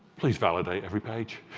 please validate every page.